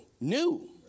new